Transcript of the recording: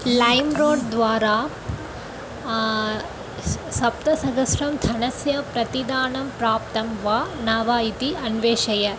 lime road द्वारा सप्तसहस्रं धनस्य प्रतिदानं प्राप्तं वा न वा इति अन्वेषय